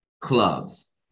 clubs